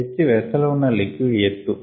H vessel ఉన్న liquid ఎత్తు